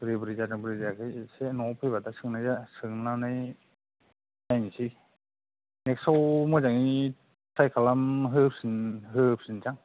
बोरै बोरै जादों बोरै जायाखै एसे न'आव फैबा दा सोंनाय सोंनानै नायनोसै नेक्स्तआव मोजाङै ट्राइ खालाम होफिननोसै आं